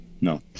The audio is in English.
No